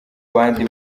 bandi